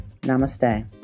Namaste